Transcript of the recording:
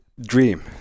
dream